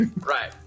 Right